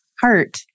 heart